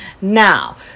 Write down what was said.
Now